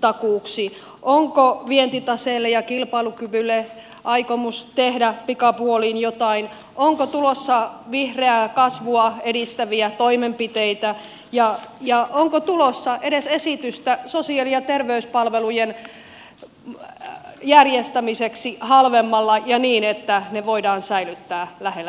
takuuksi onko vientitaseelle ja kilpailukyvylle aikomus tehdä pikapuoliin jotain onko tulossa vihreää kasvua edistäviä toimenpiteitä ja onko tulossa edes esitystä sosiaali ja terveyspalvelujen järjestämiseksi halvemmalla ja niin että ne voidaan säilyttää lähellä ihmistä